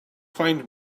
find